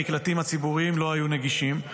המקלטים הציבוריים לא היו נגישים.